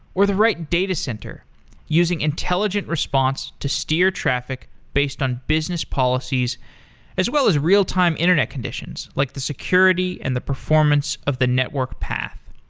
or the right datacenter using intelligent response to steer traffic based on business policies as well as real time internet conditions, like the security and the performance of the network path.